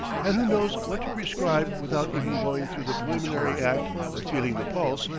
and who knows what to prescribe without even going through the preliminary act of feeling the pulse,